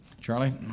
Charlie